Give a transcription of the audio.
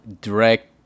direct